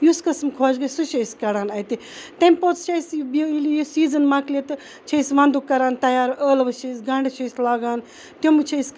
یُس قسم خۄش گَژھِ سُہ چھِ أسۍ کَڑان اَتہِ تمہِ پوٚتُس چھِ أسۍ ییٚلہِ یہِ سیٖزَن مۄکلہِ تہٕ چھِ أسۍ وَندُک کَران تیار ٲلوٕ چھِ أسۍ گَنٛڈٕ چھِ أسۍ لاگان تِم چھِ أسۍ